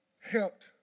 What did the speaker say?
helped